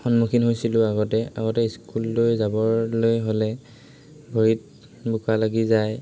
সন্মুখীন হৈছিলোঁ আগতে আগতে স্কুললৈ যাবলৈ হ'লে ভৰিত বোকা লাগি যায়